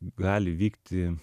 gali vykti